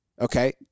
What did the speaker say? Okay